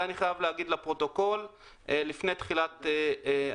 את זה אני חייב להגיד לפרוטוקול לפני תחילת הדיון.